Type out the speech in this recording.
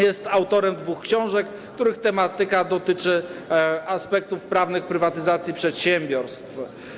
Jest autorem dwóch książek, których tematyka dotyczy aspektów prawnych prywatyzacji przedsiębiorstw.